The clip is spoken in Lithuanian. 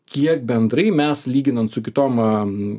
kiek bendrai mes lyginant su kitom